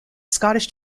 scottish